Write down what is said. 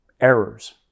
errors